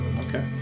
Okay